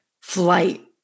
flight